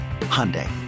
Hyundai